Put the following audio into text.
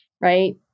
right